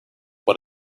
what